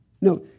No